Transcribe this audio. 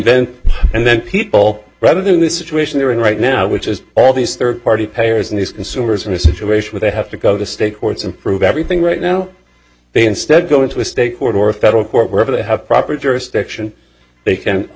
then and then people rather than the situation they're in right now which is all these third party payers and these consumers in a situation where they have to go to state courts and prove everything right now they instead go into a state court or a federal court wherever they have proper jurisdiction they can